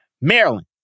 Maryland